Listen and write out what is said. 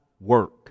work